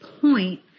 point